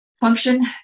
function